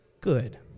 good